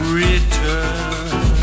return